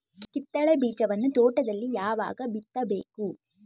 ಕಿತ್ತಳೆ ಬೀಜವನ್ನು ತೋಟದಲ್ಲಿ ಯಾವಾಗ ಬಿತ್ತಬೇಕು?